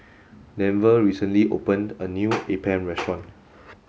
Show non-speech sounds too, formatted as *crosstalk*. Denver recently opened a new *noise* Appam restaurant